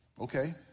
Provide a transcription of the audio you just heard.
Okay